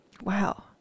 Wow